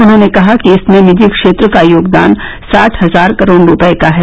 उन्होंने कहा कि इसमें निजी क्षेत्र का योगदान साठ हजार करोड़ रुपये का है